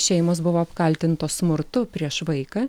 šeimos buvo apkaltintos smurtu prieš vaiką